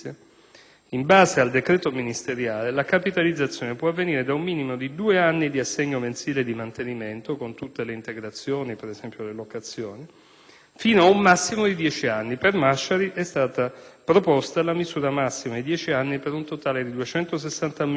In base al decreto ministeriale la capitalizzazione può avvenire da un minimo di due anni di assegno mensile di mantenimento (con tutte le integrazioni, locazioni eccetera) fino ad un massimo di dieci anni. Per Masciari è stata proposta la misura massima di dieci anni per un totale di 267.400